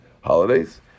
holidays